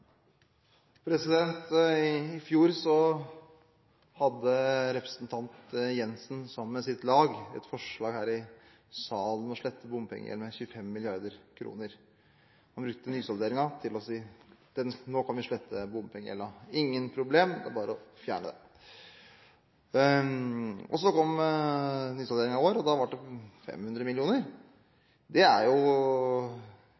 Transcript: I fjor hadde representanten Jensen sammen med sitt lag et forslag her i salen om å slette bompengegjeld med 25 mrd. kr. Hun kunne brukt nysalderingen til å si at nå kan vi slette bompengegjelden, ingen problemer, det er bare å fjerne den. Så kom nysalderingen i år, og da ble det 500